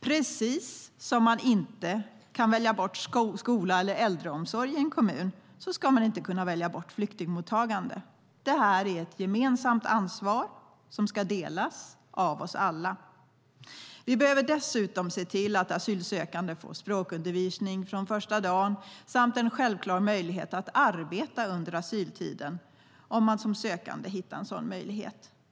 Precis som man inte kan välja bort skola eller äldreomsorg i en kommun ska man inte kunna välja bort flyktingmottagande. Det är ett gemensamt ansvar som ska delas av oss alla. Vi behöver dessutom se till att asylsökande får språkundervisning från första dagen samt en självklar möjlighet att arbeta under asyltiden om man som sökande hittar en sådan möjlighet.